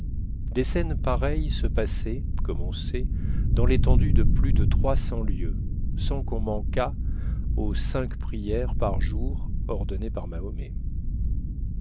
des scènes pareilles se passaient comme on sait dans l'étendue de plus de trois cents lieues sans qu'on manquât aux cinq prières par jour ordonnées par mahomet